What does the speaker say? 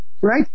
Right